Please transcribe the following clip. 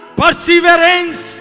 perseverance